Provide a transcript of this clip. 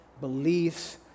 beliefs